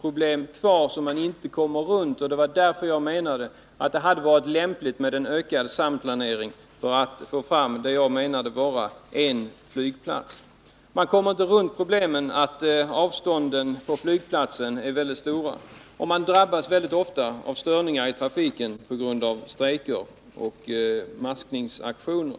problem kvar, som man inte kommer förbi. Det var därför jag ansåg att det hade varit lämpligt med ökad samplanering för att få fram vad jag menade vara en flygplats. Man kommer inte förbi problemen med att avstånden på Kastrups flygplats är mycket stora och att man ofta drabbas av störningar i trafiken på grund av strejker och maskningsaktioner.